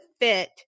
fit